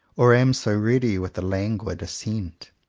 or am so ready with a languid assent.